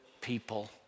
people